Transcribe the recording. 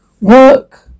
work